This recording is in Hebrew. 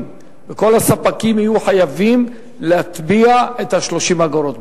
וכל הספקים יהיו חייבים להטביע את ה-30 אגורות.